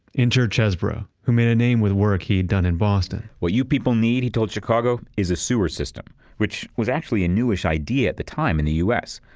enter chesbrough, who made a name with work he'd done in boston what you people need, he told chicago, is a sewer system, which was actually a newish idea at the time in the us.